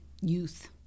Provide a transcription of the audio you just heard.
youth